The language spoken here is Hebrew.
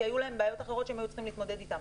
כי היו להם בעיות אחרות שהם היו צריכים להתמודד איתן.